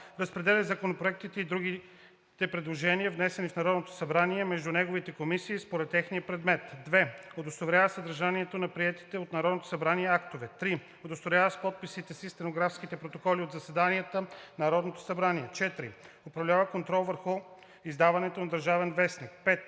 разпределя законопроектите и другите предложения, внесени в Народното събрание, между неговите комисии според техния предмет; 2. удостоверява съдържанието на приетите от Народното събрание актове; 3. удостоверява с подписа си стенографските протоколи от заседанията на Народното събрание; 4. упражнява контрол върху издаването на „Държавен вестник“; 5.